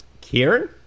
Kieran